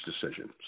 decision